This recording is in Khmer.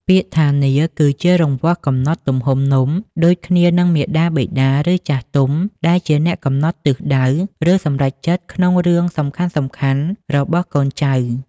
ពាក្យថានាឡិ គឺជារង្វាស់កំណត់ទំហំនំ ដូចគ្នានឹងមាតាបិតា ឬចាស់ទុំ ដែលជាអ្នកកំណត់ទិសដៅ ឬសម្រេចចិត្តក្នុងរឿងសំខាន់ៗរបស់កូនចៅ។